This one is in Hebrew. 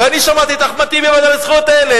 ואני שמעתי את אחמד טיבי בוועדה לזכויות הילד,